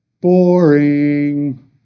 boring